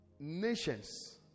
nations